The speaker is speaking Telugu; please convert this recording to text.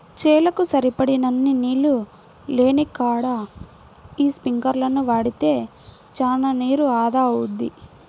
చేలకు సరిపడినన్ని నీళ్ళు లేనికాడ యీ స్పింకర్లను వాడితే చానా నీరు ఆదా అవుద్ది